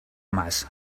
mas